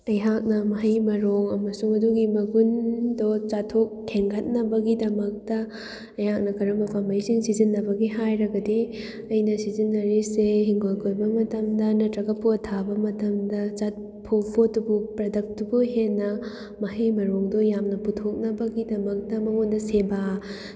ꯑꯩꯍꯥꯛꯅ ꯃꯍꯩ ꯃꯔꯣꯡ ꯑꯃꯁꯨꯡ ꯃꯗꯨꯒꯤ ꯃꯒꯨꯟꯗꯣ ꯆꯥꯊꯣꯛ ꯍꯦꯟꯒꯠꯅꯕꯒꯤꯗꯃꯛꯇ ꯑꯩꯍꯥꯛꯅ ꯀꯔꯝꯕ ꯄꯥꯝꯕꯩꯁꯤꯡ ꯁꯤꯖꯤꯟꯅꯕꯒꯦ ꯍꯥꯏꯔꯒꯗꯤ ꯑꯩꯅ ꯁꯤꯖꯤꯟꯅꯔꯤꯁꯦ ꯍꯤꯡꯒꯣꯜ ꯀꯣꯏꯕ ꯃꯇꯝꯗ ꯅꯠꯇ꯭ꯔꯒ ꯄꯣꯠ ꯊꯥꯕ ꯃꯇꯝꯗ ꯄꯣꯠꯇꯨꯕꯨ ꯄ꯭ꯔꯗꯛꯇꯨꯕꯨ ꯍꯦꯟꯅ ꯃꯍꯩ ꯃꯔꯣꯡꯗꯣ ꯌꯥꯝꯅ ꯄꯨꯊꯣꯛꯅꯕꯒꯤꯗꯃꯛꯇ ꯃꯉꯣꯟꯗ ꯁꯦꯕꯥ